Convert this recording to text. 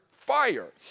fire